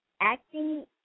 Acting